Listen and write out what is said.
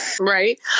right